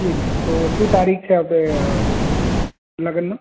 જી madam તો શું તારીખ છે આપે લગનનો